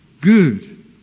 good